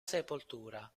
sepoltura